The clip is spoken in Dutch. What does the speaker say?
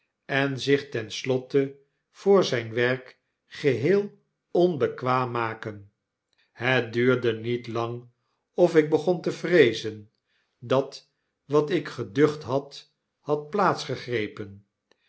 en zich ten slotte voor zyn werk geheel onbekwaam maken het duurde niet lang ofikbegontevreezen dat wat ik geducht had had plaats gegrepen